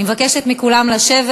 אני מבקשת מכולם לשבת.